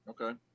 Okay